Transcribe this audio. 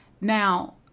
Now